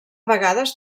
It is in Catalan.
vegades